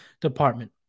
department